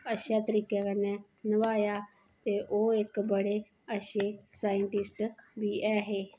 बडा अच्छे तरीके कन्नै नभाया ते ओह् इक बडे़ अच्छे साइंटिस्ट बी ऐहे